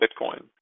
Bitcoin